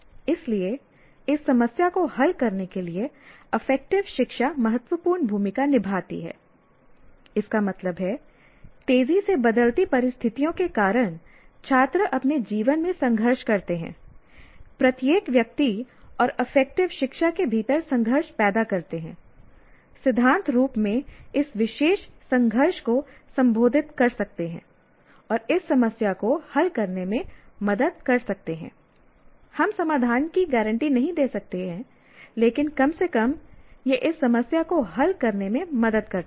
इसलिए इस समस्या को हल करने के लिए अफेक्टिव शिक्षा महत्वपूर्ण भूमिका निभाती है इसका मतलब है तेजी से बदलती परिस्थितियों के कारण छात्र अपने जीवन में संघर्ष करते हैं प्रत्येक व्यक्ति और अफेक्टिव शिक्षा के भीतर संघर्ष पैदा करते हैं सिद्धांत रूप में इस विशेष संघर्ष को संबोधित कर सकते हैं और इस समस्या को हल करने में मदद कर सकते हैं हम समाधान की गारंटी नहीं दे सकते हैं लेकिन कम से कम यह इस समस्या को हल करने में मदद करता है